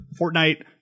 Fortnite